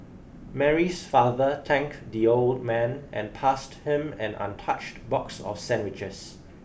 Mary's father thanked the old man and passed him an untouched box of sandwiches